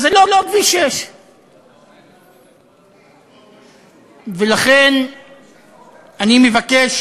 אז זה לא כביש 6. לכן אני מבקש